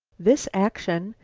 this action,